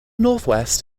northwest